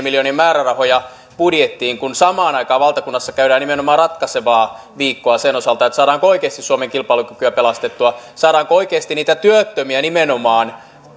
miljoonien määrärahoja budjettiin kun samaan aikaan valtakunnassa käydään nimenomaan ratkaisevaa viikkoa sen osalta saadaanko oikeasti suomen kilpailukykyä pelastettua saadaanko oikeasti nimenomaan niitä työttömiä